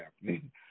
happening